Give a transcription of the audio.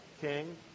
king